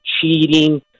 cheating